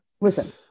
Listen